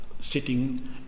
sitting